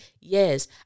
yes